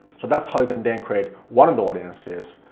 so that's how you can then create one of the audiences,